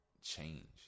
change